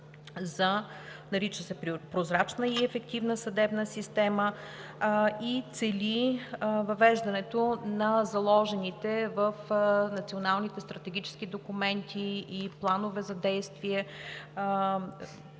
„Прозрачна и ефективна съдебна система“, цели въвеждането на заложените в националните стратегически документи и планове за действие,